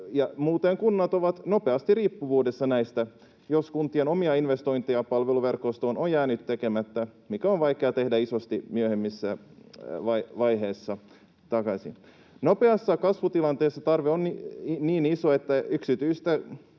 muuten kunnat ovat nopeasti riippuvuudessa näistä, jos kuntien omia investointeja palveluverkostoon on jäänyt tekemättä, mikä on vaikeaa tehdä isosti myöhemmässä vaiheessa takaisin. Nopeassa kasvutilanteessa tarve on niin iso, että yksityistäkin